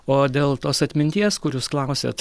o dėl tos atminties kur jūs klausiat